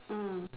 mm